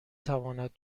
تواند